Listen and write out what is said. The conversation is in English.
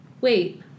wait